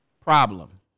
problem